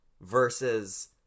versus